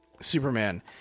Superman